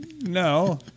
No